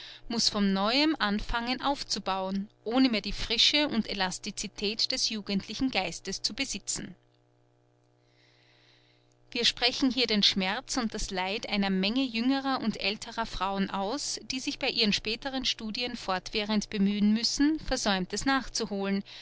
muß von neuem anfangen aufzubauen ohne mehr die frische und elasticität des jugendlichen geistes zu besitzen wir sprechen hier den schmerz und das leid einer menge jüngerer und älterer frauen aus die sich bei ihren späteren studien fortwährend bemühen müssen versäumtes nachzuholen